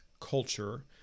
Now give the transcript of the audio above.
culture